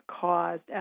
caused